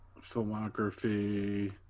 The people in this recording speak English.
Filmography